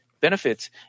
benefits